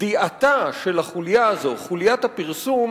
גדיעתה של החוליה הזו, חוליית הפרסום,